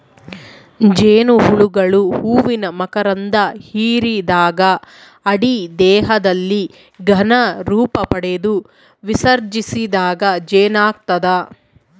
ಜೇನುಹುಳುಗಳು ಹೂವಿನ ಮಕರಂಧ ಹಿರಿದಾಗ ಅಡಿ ದೇಹದಲ್ಲಿ ಘನ ರೂಪಪಡೆದು ವಿಸರ್ಜಿಸಿದಾಗ ಜೇನಾಗ್ತದ